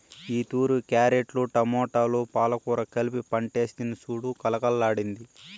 ఈతూరి క్యారెట్లు, టమోటాలు, పాలకూర కలిపి పంటేస్తిని సూడు కలకల్లాడ్తాండాది